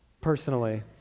personally